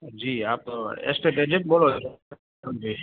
જી આપ estate agent બોલો છો જી